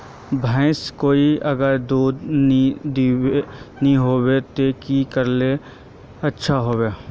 भैंस कोई अगर दूध नि होबे तो की करले ले अच्छा होवे?